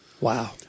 Wow